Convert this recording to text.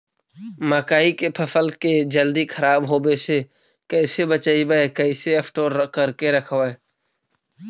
मकइ के फ़सल के जल्दी खराब होबे से कैसे बचइबै कैसे स्टोर करके रखबै?